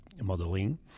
modeling